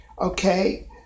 Okay